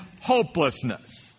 hopelessness